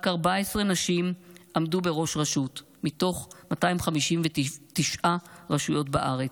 רק 14 נשים עמדו בראש רשות מתוך 259 רשויות בארץ.